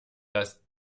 das